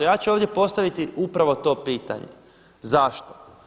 Ja ću ovdje postaviti upravo to pitanje, zašto?